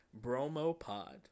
BromoPod